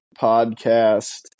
podcast